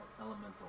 elemental